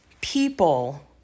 people